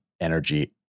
energy